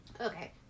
Okay